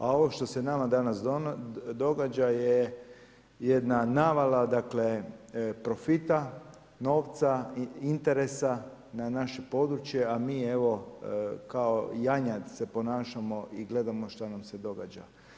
A ovo što se nama danas događa je jedna navala profita, novca i interesa na naše područje a mi evo kao janjad se ponašamo i gledamo što nam se događa.